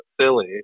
silly